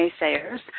naysayers